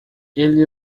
ele